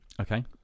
Okay